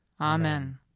Amen